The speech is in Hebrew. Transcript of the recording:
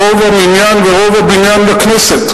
רוב המניין ורוב הבניין בכנסת,